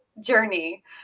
journey